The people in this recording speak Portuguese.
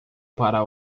para